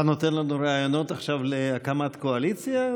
אתה נותן לנו רעיונות עכשיו להקמת קואליציה?